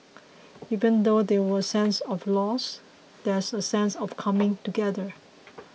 even though there will a sense of loss there is a sense of coming together